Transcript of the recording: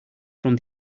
from